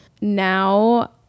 Now